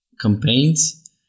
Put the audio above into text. campaigns